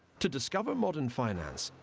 to discover modern finance,